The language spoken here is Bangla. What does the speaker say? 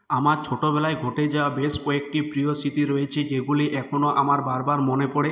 আমার ছোটোবেলায় ঘটে যাওয়া বেশ কয়েকটি প্রিয় স্মৃতি রয়েছে যেগুলি এখনও আমার বারবার মনে পড়ে